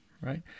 right